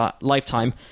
lifetime